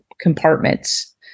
compartments